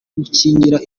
gukingira